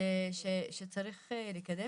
שצריך לקדם,